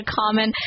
common